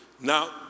Now